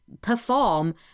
perform